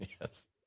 Yes